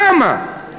למה?